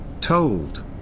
told